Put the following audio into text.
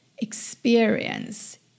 experience